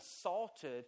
assaulted